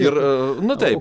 ir na taip